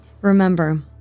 Remember